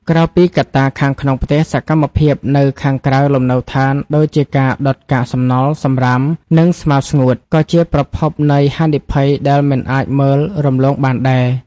ក្រៅពីកត្តាខាងក្នុងផ្ទះ សកម្មភាពនៅខាងក្រៅលំនៅដ្ឋានដូចជាការដុតកាកសំណល់ សំរាម និងស្មៅស្ងួត ក៏ជាប្រភពនៃហានិភ័យដែលមិនអាចមើលរំលងបានដែរ។